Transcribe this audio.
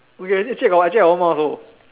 okay actually I got actually I got one more also